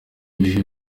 ibihe